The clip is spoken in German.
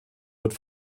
wird